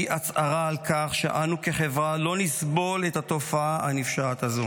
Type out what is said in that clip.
היא הצהרה על כך שאנו כחברה לא נסבול את התופעה הנפשעת הזו.